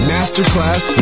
Masterclass